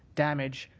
damage,